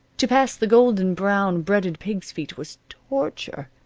to pass the golden-brown, breaded pig's feet was torture.